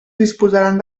disposaran